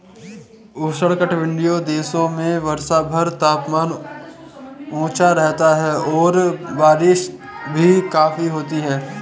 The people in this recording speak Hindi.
उष्णकटिबंधीय देशों में वर्षभर तापमान ऊंचा रहता है और बारिश भी काफी होती है